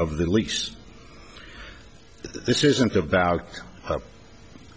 of the lease this isn't about